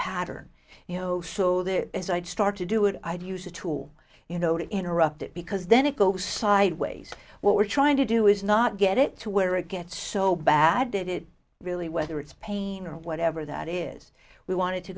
pattern you know so this is i'd start to do it i'd use a tool you know to interrupt it because then it goes sideways what we're trying to do is not get it to where it gets so bad did it really whether it's pain or whatever that is we wanted to